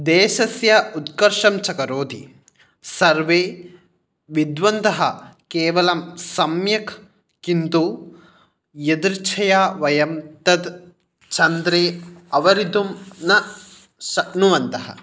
देशस्य उत्कर्षं च करोति सर्वे विद्वन्तः केवलं सम्यक् किन्तु यदृच्छया वयं तत् चन्द्रे अवरितुं न शक्नुवन्तः